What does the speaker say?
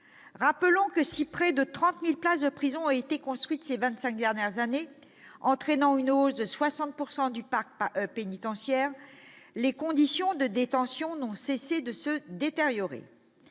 Rappelons que si près de 30 000 places de prison ont été construites ces 25 dernières années, entraînant une hausse de 60 % du parc pénitentiaire, les conditions de détention n'ont cessé de se détériorer.